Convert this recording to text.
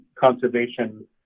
conservation